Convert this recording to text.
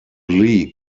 league